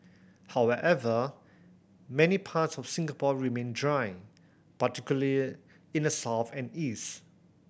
however many parts of Singapore remain dry particularly in the south and east